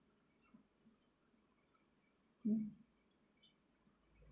mm